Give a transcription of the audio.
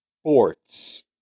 sports